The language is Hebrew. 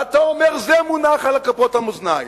ואתה אומר שזה מונח על כפות המאזניים,